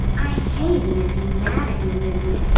i hate and it being mad at you, lizzie.